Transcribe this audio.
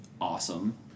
awesome